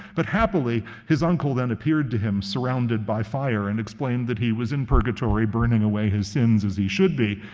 but happily, his uncle then appeared to him surrounded by fire, and explained that he was in purgatory burning away his sins, as he should be,